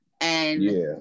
and-